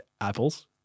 apples